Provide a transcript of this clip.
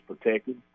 protected